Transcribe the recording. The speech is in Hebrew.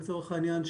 לצורך העניין,